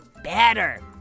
better